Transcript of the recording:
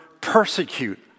persecute